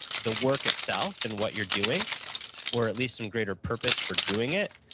the work itself and what you're doing or at least some greater purpose for doing it,